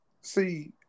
see